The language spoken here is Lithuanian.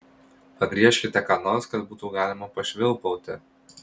pagriežkite ką nors kad būtų galima pašvilpauti